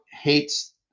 hates